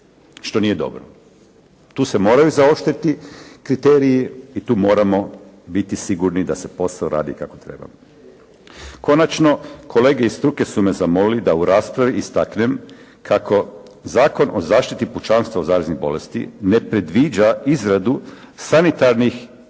što nije dobro. Tu se moraju zaoštriti kriteriji i tu moramo biti sigurni da se posao radi kako treba. Konačno, kolege iz struke su me zamolili da u raspravi istaknem kako Zakon o zaštiti pučanstva od zaraznih bolesti ne predviđa izradu sanitarnih iskaznica